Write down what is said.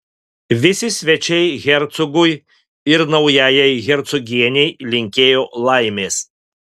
visi svečiai hercogui ir naujajai hercogienei linkėjo laimės